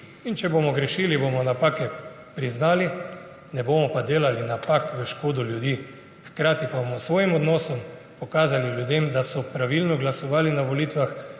In če bomo grešili, bomo napake priznali, ne bomo pa delali napak v škodo ljudi. Hkrati pa bomo s svojim odnosom pokazali ljudem, da so pravilno glasovali na volitvah,